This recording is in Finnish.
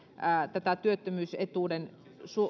tätä työttömyysetuuden